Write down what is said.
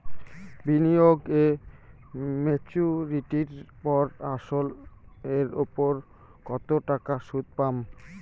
বিনিয়োগ এ মেচুরিটির পর আসল এর উপর কতো টাকা সুদ পাম?